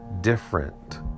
different